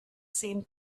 same